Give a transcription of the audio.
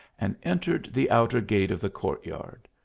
and entered the outer gate of the court-yard.